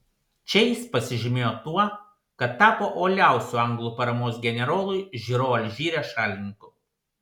čia jis pasižymėjo tuo kad tapo uoliausiu anglų paramos generolui žiro alžyre šalininku